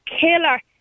killer